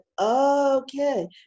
okay